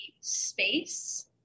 space